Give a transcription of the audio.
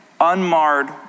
unmarred